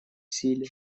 силе